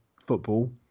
football